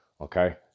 okay